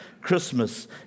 Christmas